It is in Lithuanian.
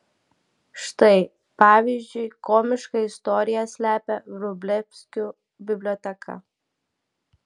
štai pavyzdžiui komišką istoriją slepia vrublevskių biblioteka